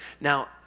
Now